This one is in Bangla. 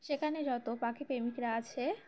সেখানে যত পাখি প্রেমিকরা আছে